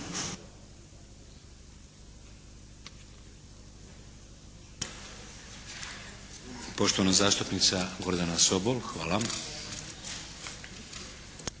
Poštovana zastupnica Gordana Sobol. Hvala.